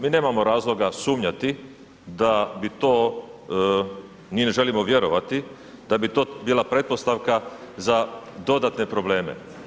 Mi nemamo razloga sumnjati da bi to, mi ne želimo vjerovati da bi to bila pretpostavka za dodatne probleme.